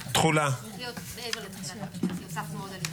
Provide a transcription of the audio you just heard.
מאוד ברורה: צריך להוציא את כל האזרחים ממעגל האימה.